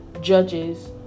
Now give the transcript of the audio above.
judges